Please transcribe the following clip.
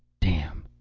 damn.